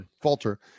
falter